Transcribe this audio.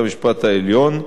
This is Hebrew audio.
בנושא זה,